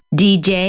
dj